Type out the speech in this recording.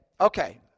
okay